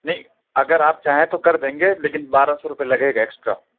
نہیں اگر آپ چاہیں تو کر دیں گے لیکن بارہ سو روپے لگے گا ایکسٹرا